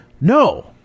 no